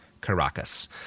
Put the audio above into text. Caracas